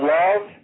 love